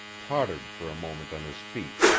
tottered for a moment on his feet,